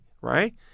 right